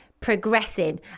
progressing